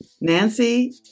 Nancy